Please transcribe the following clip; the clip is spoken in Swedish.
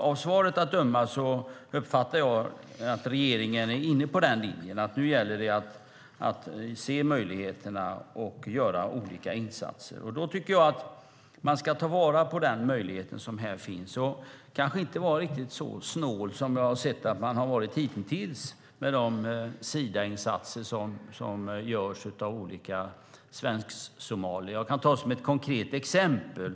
Av svaret att döma uppfattar jag att regeringen är inne på den linjen; nu gäller det att se möjligheterna och att göra olika insatser. Då tycker jag att man ska ta till vara på den möjlighet som här finns och kanske inte vara riktigt så snål som jag har sett att man har varit hitintills med de Sidainsatser som görs av olika svensk-somalier. Jag kan ta ett konkret exempel.